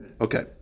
Okay